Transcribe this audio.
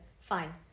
Fine